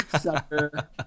Sucker